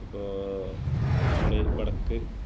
ഇപ്പോൾ നമ്മളി വടക്ക്